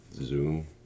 zoom